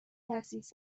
تأسیس